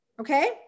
Okay